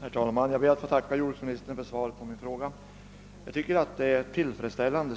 Herr talman! Jag ber att få tacka jordbruksministern för svaret på min fråga, vilket jag finner tillfredsställande.